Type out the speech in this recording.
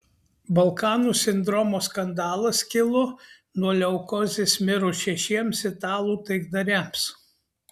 balkanų sindromo skandalas kilo nuo leukozės mirus šešiems italų taikdariams